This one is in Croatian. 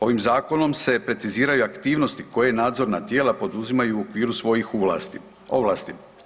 Ovim zakonom se preciziraju aktivnosti koje nadzorna tijela poduzimaju u okviru svojih ovlasti.